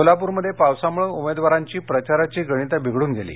कोल्हापूरमध्ये पावसामुळे उमेदवारांची प्रचाराची गणितं बिघडून गेली